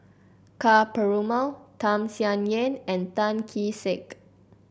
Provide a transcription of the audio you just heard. Ka Perumal Tham Sien Yen and Tan Kee Sek